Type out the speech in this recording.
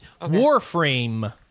Warframe